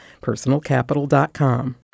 PersonalCapital.com